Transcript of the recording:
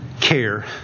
care